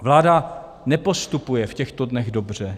Vláda nepostupuje v těchto dnech dobře.